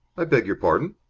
i beg your pardon?